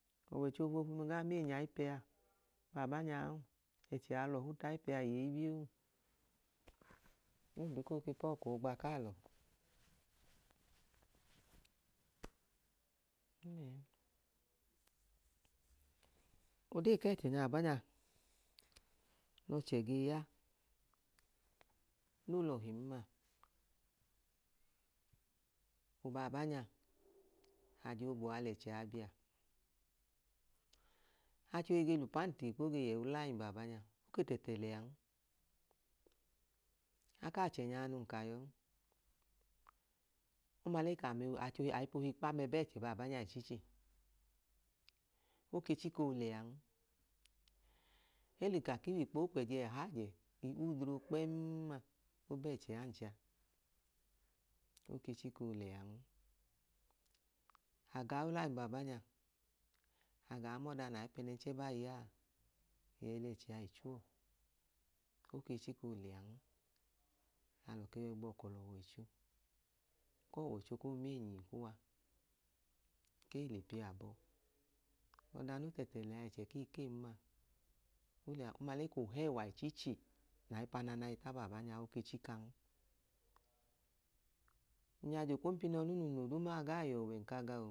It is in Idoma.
Ọwọicho foofunu gaa menyiny'aipẹa baabanyaa, ẹchẹa lọfu tai pẹa iye ibio ondu koo ke pọọkọ ogba k'alo. odee kẹẹ chẹnya abanya n'ochẹ ge ya no lọhim ma. Obanbanya, ajaogboa l'ẹchẹa bia, achohi ge l'upanti w'ikpo ge yẹ ulaim bambanya oke tẹtẹ lẹan. aka achenyaa nun ka yọọn. lọma lek'ame no achohi aipohi kp'ame bẹchẹ ichichi, oke chikoo lẹan eli kaki w'ikpo okw'ẹji a udro kpẹm ma obẹẹchẹ ancha oke chiko lẹan. aga ulayin banbanya agaa mọọda nai pẹnẹnchẹ by yaa, eyi ẹlẹchẹa ichuwo, oke chiko lẹan. anke yọi gbọọkọ l'ọwọicho k'ọwọicho koo meenyi kuwa ke le piabọ ọda no tẹtẹ lẹa ẹchẹ ki keyi n ma oliya nhọma le k'ohewa ichichi nai panana ita baabanya oke chikan. n'yajẹ okompinọlum nun l'oduu ma wa gai ye ọwe